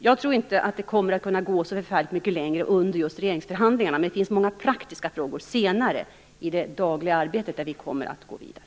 Jag tror inte att frågan kan komma så förfärligt mycket längre under just regeringsförhandlingarna, men det finns många praktiska frågor senare, i det dagliga arbetet, där vi kommer att gå vidare.